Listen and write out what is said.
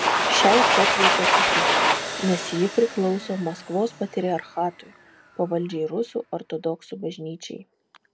šiai cerkvei pasisekė nes ji priklauso maskvos patriarchatui pavaldžiai rusų ortodoksų bažnyčiai